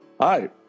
Hi